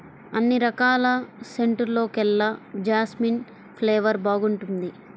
అన్ని రకాల సెంటుల్లోకెల్లా జాస్మిన్ ఫ్లేవర్ బాగుంటుంది